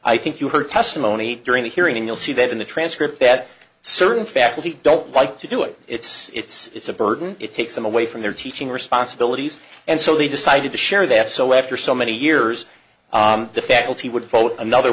i think you heard testimony during the hearing you'll see that in the transcript that certain faculty don't like to do it it's it's it's a burden it takes them away from their teaching responsibilities and so they decided to share that so after so many years the faculty would vote another